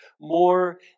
more